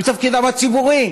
העם בחר אותם.